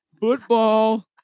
Football